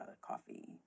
coffee